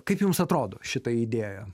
kaip jums atrodo šita idėja